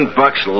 bucks